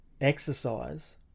exercise